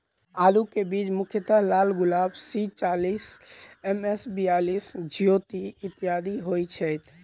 आलु केँ बीज मुख्यतः लालगुलाब, सी चालीस, एम.एस बयालिस, ज्योति, इत्यादि होए छैथ?